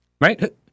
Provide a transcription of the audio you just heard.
right